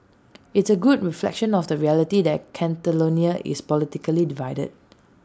it's A good reflection of the reality that Catalonia is politically divided